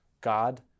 God